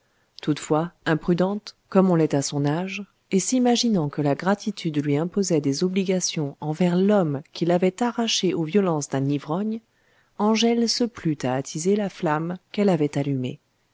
toutefois imprudente comme on l'est à son âge et s'imaginant que la gratitude lui imposait des obligations envers l'homme qui l'avait arrachée aux violences d'un ivrogne angèle se plut à attiser la flamme qu'elle avait allumée